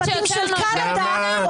זה יכול גם לסמן תחילת דרך של הקואליציה שבהחלט